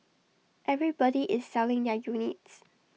everybody is selling their units